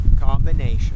combination